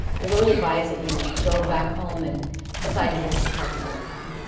i really advise that you go back home and decide to visit the park another time.